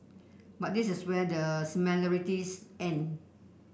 but this is where the similarities end